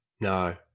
No